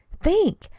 think.